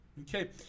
Okay